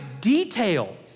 detail